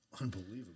Unbelievable